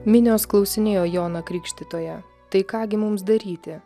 minios klausinėjo joną krikštytoją tai ką gi mums daryti